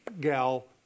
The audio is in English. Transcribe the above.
gal